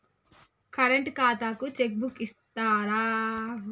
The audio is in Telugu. కరెంట్ ఖాతాకు చెక్ బుక్కు ఇత్తరా?